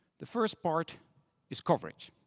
the first part is coverage.